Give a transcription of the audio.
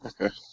Okay